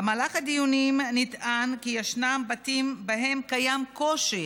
במהלך הדיונים נטען כי ישנם בתים שבהם קיים קושי